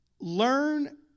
Learn